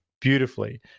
beautifully